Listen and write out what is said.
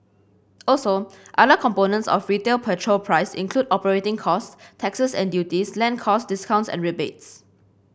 also other components of retail petrol price include operating costs taxes and duties land costs discounts and rebates